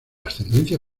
ascendencia